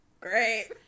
Great